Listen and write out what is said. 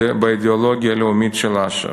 באידיאולוגיה הלאומית של אש"ף".